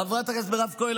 חברת הכנסת מירב כהן,